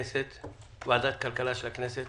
ועדת הכלכלה של הכנסת